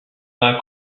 pas